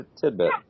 tidbit